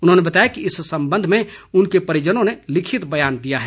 उन्होंने बताया कि इस संबंध में उनके परिजनों ने लिखित बयान दिया है